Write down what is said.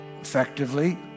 effectively